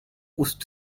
ust